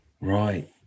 Right